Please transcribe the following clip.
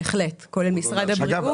כולל משרד הבריאות.